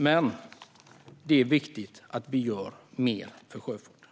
Men det är viktigt att vi gör mer för sjöfarten.